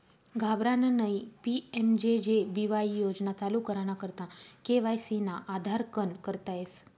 घाबरानं नयी PMJJ BY योजना चालू कराना करता के.वाय.सी ना आधारकन करता येस